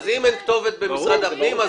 אם אין כתובת במשרד הפנים,